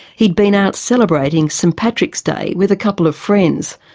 he'd been out celebrating st patrick's day with a couple of friends.